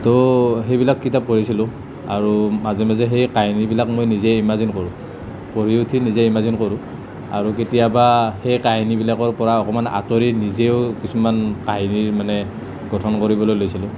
তো সেইবিলাক কিতাপ পঢ়িছিলোঁ আৰু মাজে মাজে সেই কাহিনীবিলাক মই নিজে ইমাজিন কৰোঁ পঢ়ি উঠি নিজে ইমাজিন কৰোঁ আৰু কেতিয়াবা সেই কাহিনীবিলাকৰ পৰা অকণমান আঁতৰি নিজেও কিছুমান কাহিনী মানে গঠন কৰিবলৈ লৈছিলোঁ